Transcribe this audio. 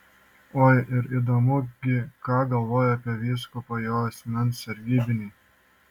oi ir įdomu gi ką galvoja apie vyskupą jo asmens sargybiniai